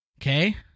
Okay